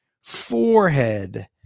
forehead